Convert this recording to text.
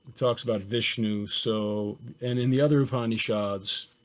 talks about vishnu. so and in the other upanishads,